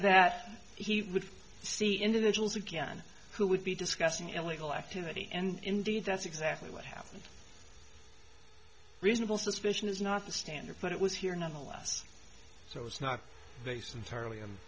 that he would see individuals again who would be discussing illegal activity and indeed that's exactly what happened reasonable suspicion is not the standard but it was here nonetheless so it's not based entirely